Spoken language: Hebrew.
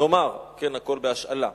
נאמר, כן, הכול בהשאלה,